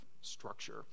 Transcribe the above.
structure